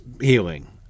healing